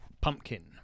Pumpkin